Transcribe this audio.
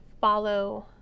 follow